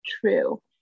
true